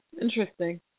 interesting